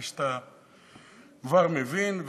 כפי שאתה כבר מבין.